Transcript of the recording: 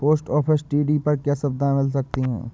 Post office TD पर क्या सुविधाएँ मिल सकती है?